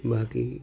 બાકી